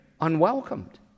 unwelcomed